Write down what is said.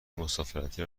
مسافرتی